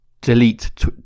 delete